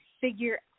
figure